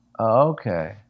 Okay